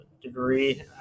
degree